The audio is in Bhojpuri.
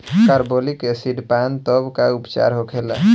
कारबोलिक एसिड पान तब का उपचार होखेला?